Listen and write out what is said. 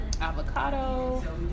avocado